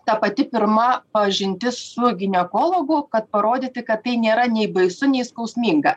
ta pati pirma pažintis su ginekologu kad parodyti kad tai nėra nei baisu nei skausminga